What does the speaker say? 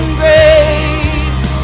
grace